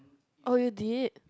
oh you did